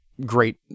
great